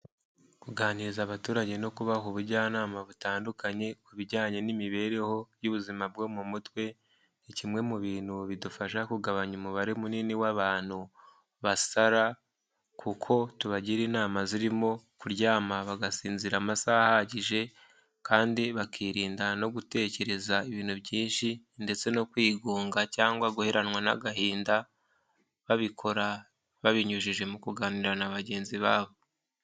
Kuganiriza abaturage no kubaha ubujyanama butandukanye ku bijyanye n'imibereho y'ubuzima bwo mu mutwe, ni kimwe mu bintu bidufasha kugabanya umubare munini w'abantu basara, kuko tubagira inama zirimo kuryama bagasinzira amasaha ahagije kandi bakirinda no gutekereza ibintu byinshi ndetse no kwigunga cyangwa guheranwa n'agahinda, babikora babinyujije mu kuganira na bagenzi babo.